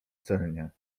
celnie